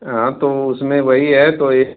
हाँ तो उसमें वही है तो ए